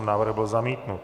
Návrh byl zamítnut.